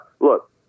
look